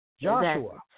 Joshua